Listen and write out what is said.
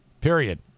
Period